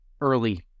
early